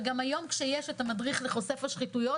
וגם היום כשיש את המדריך לחושף השחיתויות